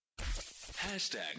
Hashtag